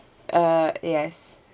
uh yes